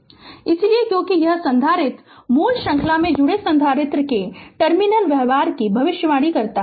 Refer Slide Time 3635 इसलिए क्योंकि यह संधारित्र मूल श्रृंखला से जुड़े संधारित्र के टर्मिनल व्यवहार की भविष्यवाणी करता है